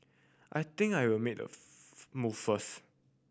I think I will made of move first